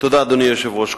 אדוני היושב-ראש,